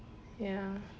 ya